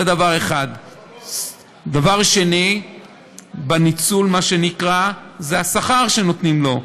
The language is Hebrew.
דבר שני בניצול זה השכר שנותנים לו.